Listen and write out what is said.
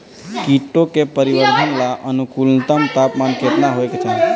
कीटो के परिवरर्धन ला अनुकूलतम तापमान केतना होए के चाही?